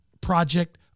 Project